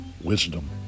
wisdom